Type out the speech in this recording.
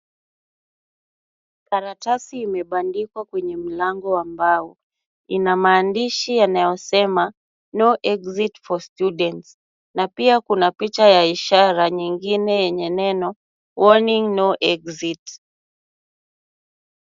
Karatasi imebandikwa kwenye mlango wa mbao. Ina maandishi yanayosema no exit for students na pia kuna picha ya ishara nyingine yenye neno warning no exit .